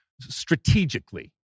strategically